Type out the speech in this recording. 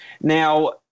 Now